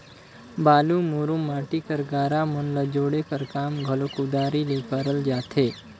बालू, मुरूम, माटी कर गारा मन ल जोड़े कर काम घलो कुदारी ले करल जाथे